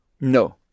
No